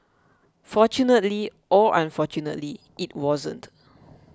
fortunately or unfortunately it wasn't